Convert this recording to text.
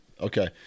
Okay